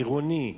עירוני.